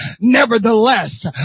Nevertheless